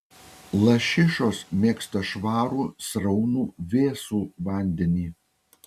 lašišos mėgsta švarų sraunų vėsų vandenį